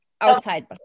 outside